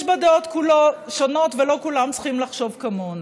יש בה דעות שונות, ולא כולם צריכים לחשוב כמוני.